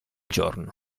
giorno